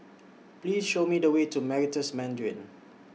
Please Show Me The Way to Meritus Mandarin